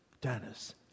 Dennis